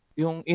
yung